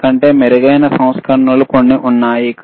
దీనికంటే మెరుగైన సంస్కరణలు కొన్ని ఉన్నాయి